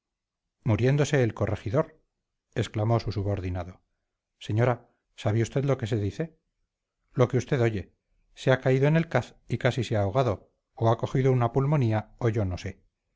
muriéndose el corregidor exclamó su subordinado señora sabe usted lo que dice lo que usted oye se ha caído en el caz y casi se ha ahogado o ha cogido una pulmonía o yo no sé